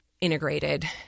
integrated